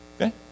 Okay